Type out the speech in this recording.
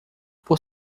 por